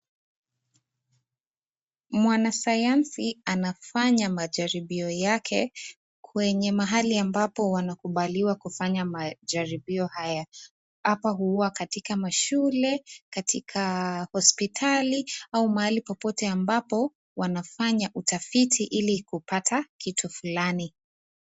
Mwanasayansi anafanya majaribio yake kwenye mahali ambapo wanakubaliwa kufanya majaribio haya . Hapa huwa katika mashule katika hospitali au mahali popote ambapo wanafanya utafiti ili kupata kitu fulani .